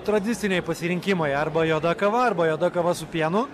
tradiciniai pasirinkimai arba juoda kava arba juoda kava su pienu